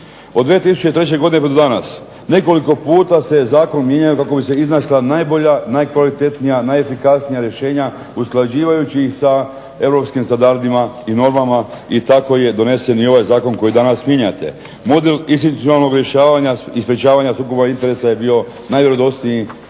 Od 2003. godine do danas nekoliko puta se zakon mijenjao kako bi se iznašla najbolja, najkvalitetnija, najefikasnija rješenja usklađivajući ih sa europskim standardima i normama i tako je donesen i ovaj Zakon koji danas mijenjate. Model institucionalnog rješavanja i sprječavanja sukoba interesa je bio najvjerodostojniji